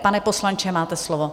Pane poslanče, máte slovo.